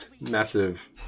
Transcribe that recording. massive